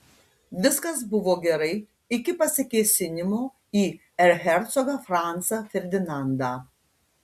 viskas buvo gerai iki pasikėsinimo į erchercogą francą ferdinandą